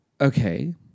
Okay